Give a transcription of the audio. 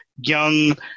young